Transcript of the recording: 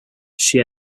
she